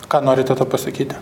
ką norite tuo pasakyti